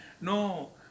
No